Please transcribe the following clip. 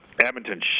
Edmonton